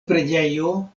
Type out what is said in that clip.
preĝejo